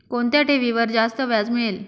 कोणत्या ठेवीवर जास्त व्याज मिळेल?